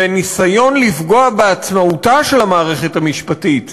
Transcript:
וניסיון לפגוע בעצמאותה של המערכת המשפטית,